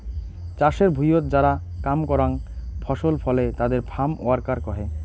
চাষের ভুঁইয়ত যারা কাম করাং ফসল ফলে তাদের ফার্ম ওয়ার্কার কহে